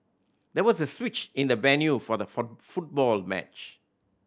there was a switch in the venue for the for football match